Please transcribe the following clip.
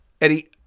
Eddie